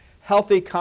healthy